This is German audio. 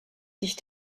sich